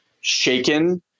shaken